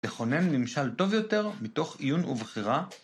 ‫לכונן ממשל טוב יותר ‫מתוך עיון ובחירה.